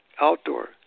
outdoor